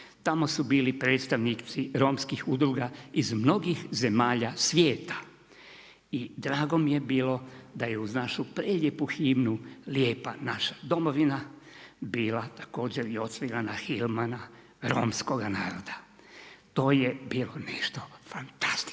Tamo su bili predstavnici romskih udruga iz mnogih zemalja svijeta. I drago mi je bilo da je uz našu prelijepu himnu „Lijepa naša domovina“ bila također i odsvirana himna Romskoga naroda. To je bilo nešto fantastično.